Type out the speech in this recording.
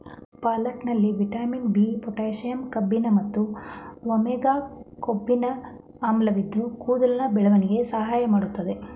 ಪಾಲಕಲ್ಲಿ vitamin B, potassium ಕಬ್ಬಿಣ ಮತ್ತು omega ಕೊಬ್ಬಿನ ಆಮ್ಲವಿದ್ದು ಕೂದಲ ಬೆಳವಣಿಗೆಗೆ ಸಹಾಯ ಮಾಡ್ತದೆ